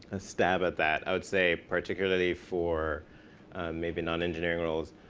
ah stab at that. i would say particularly for maybe nonengineering roles,